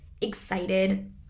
excited